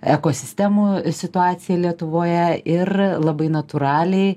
ekosistemų situaciją lietuvoje ir labai natūraliai